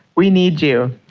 we need you.